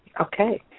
Okay